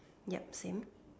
yup same